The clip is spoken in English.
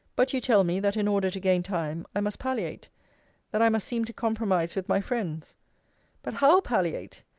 but you tell me, that, in order to gain time, i must palliate that i must seem to compromise with my friends but how palliate?